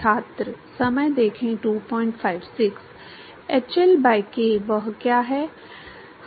hL by k वह क्या है